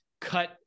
cut